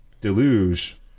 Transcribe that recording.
Deluge